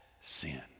sin